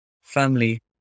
family